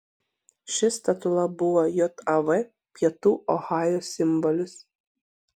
ši statula buvo jav pietų ohajo simbolis